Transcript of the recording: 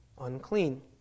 unclean